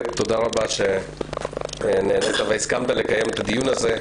תודה רבה שנענית והסכמת לקיים את הדיון הזה.